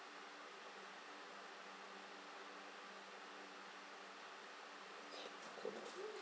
okay cool